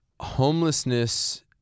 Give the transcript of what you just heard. homelessness